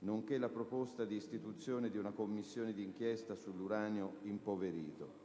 nonché la proposta di istituzione di una Commissione di inchiesta sull'uranio impoverito.